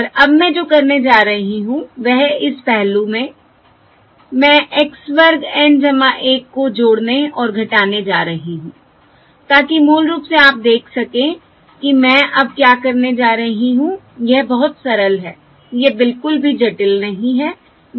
और अब मैं जो करने जा रही हूं वह इस पहलू मे मैं x वर्ग N 1 को जोड़ने और घटाने जा रही हूं ताकि मूल रूप से आप देख सकें कि मैं अब क्या करने जा रही हूं यह बहुत सरल है यह बिल्कुल भी जटिल नहीं है